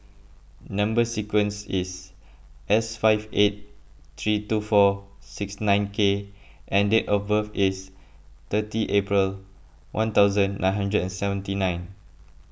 Number Sequence is S five eight three two four six nine K and date of birth is thirty April one thousand nine hundred and seventy nine